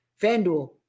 FanDuel